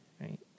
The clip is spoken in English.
right